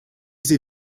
sie